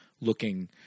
looking